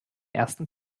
ersten